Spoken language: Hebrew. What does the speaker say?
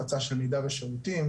הפצה של מידע ושירותים,